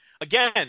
again